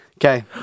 Okay